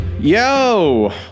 yo